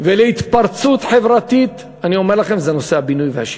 ולהתפרצות חברתית זה נושא הבינוי והשיכון.